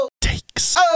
takes